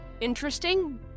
interesting